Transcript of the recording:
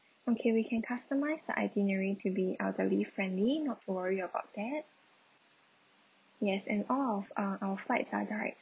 okay we can customise the itinerary to be elderly friendly not to worry about that yes and all of uh our flights are direct